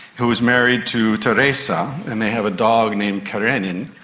who is married to tereza, and they have a dog named karenin,